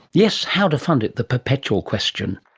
yes, how to fund it, the perpetual question.